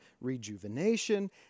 rejuvenation